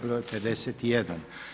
broj 51.